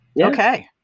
Okay